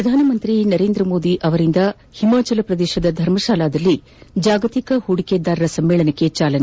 ಪ್ರಧಾನಮಂತಿ ನರೇಂದ ಮೋದಿ ಅವರಿಂದ ಹಿಮಾಚಲ ಪ್ರದೇಶದ ಧರ್ಮಾಶಾಲಾದಲ್ಲಿ ಜಾಗತಿಕ ಹೂಡಿಕೆದಾರರ ಸಮ್ಮೇಳನಕ್ಕೆ ಚಾಲನೆ